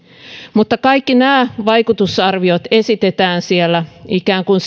mutta kaikki nämä vaikutusarviot esitetään siellä ikään kuin